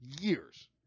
years